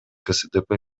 ксдп